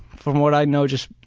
from what i know, just